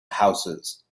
houses